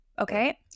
okay